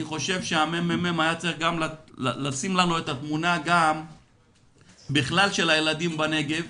אני חושב שהממ"מ היה צריך לשים לנו את התמונה בכלל של הילדים בנגב